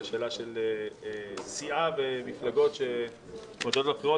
זה שאלה של סיעה ומפלגות שמתמודדות בבחירות,